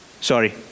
Sorry